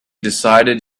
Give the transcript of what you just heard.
decided